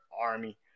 army